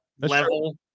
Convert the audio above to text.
level